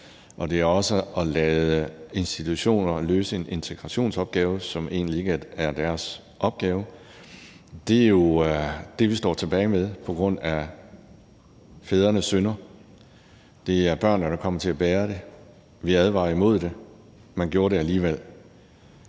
og det er også at lade institutioner løse en integrationsopgave, som egentlig ikke er deres opgave. Det, vi står tilbage med på grund af fædrenes synder, er det børnene der kommer til at bære. Vi advarede imod det – man gjorde det alligevel.